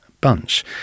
bunch